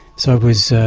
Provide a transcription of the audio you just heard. so it was ah